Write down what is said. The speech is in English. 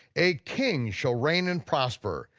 a king shall reign and prosper,